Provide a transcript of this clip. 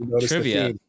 trivia